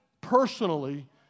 personally